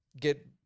get